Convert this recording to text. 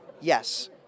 Yes